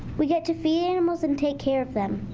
we get to feed animals and take care of them.